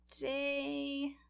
day